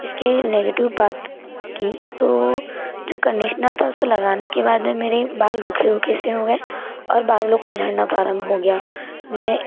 इसके नेगेटिव बात की तो जो कंडिशनल था उसको लगाने के बाद मेरे बाल रूखे रूखे से हो गए और बालों का झड़ना प्रारंभ हो गया मैं